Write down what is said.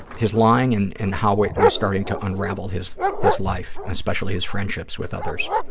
his lying and and how it was starting to unravel his his life, especially his friendships with others.